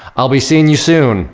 i'll be seeing you soon.